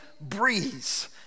breeze